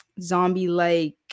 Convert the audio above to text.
zombie-like